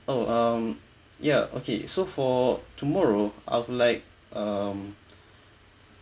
oh um ya okay so for tomorrow I would like um